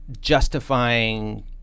justifying